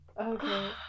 okay